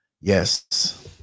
yes